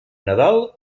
nadal